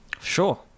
Sure